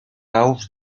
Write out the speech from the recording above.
aus